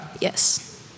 Yes